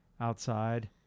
outside